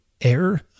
air